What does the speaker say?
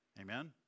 Amen